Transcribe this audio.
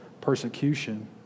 persecution